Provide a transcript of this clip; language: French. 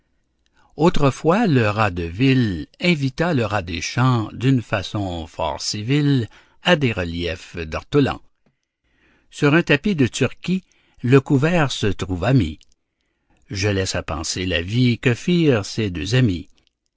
autrefois le rat de ville invita le rat des champs d'une façon fort civile à des reliefs d'ortolans sur un tapis de turquie le couvert se trouva mis je laisse à penser la vie que firent ces deux amis